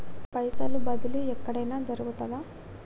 పైసల బదిలీ ఎక్కడయిన జరుగుతదా?